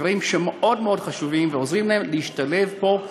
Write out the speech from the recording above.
אלו דברים מאוד מאוד חשובים שעוזרים להם להשתלב פה,